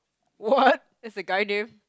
what is the guy name